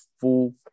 full